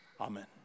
Amen